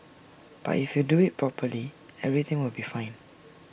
but if you do IT properly everything will be fine